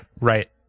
Right